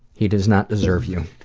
he does not deserve you.